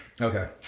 Okay